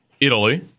Italy